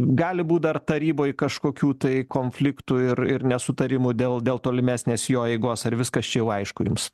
gali būt dar taryboj kažkokių tai konfliktų ir ir nesutarimų dėl dėl tolimesnės jo eigos ar viskas čia jau aišku jums